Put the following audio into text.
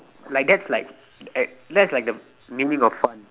like that's like at that's like the meaning of fun